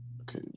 okay